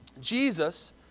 Jesus